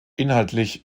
inhaltlich